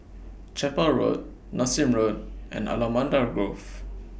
Chapel Road Nassim Road and Allamanda Grove